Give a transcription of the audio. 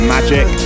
Magic